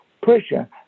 pressure